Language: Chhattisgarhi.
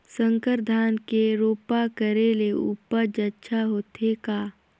संकर धान के रोपा करे ले उपज अच्छा होथे का?